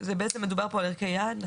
זה בעצם מדובר פה על ערכי יעד.